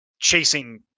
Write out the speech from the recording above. chasing